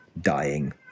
dying